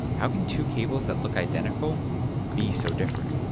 how can two cables that look identical be so different?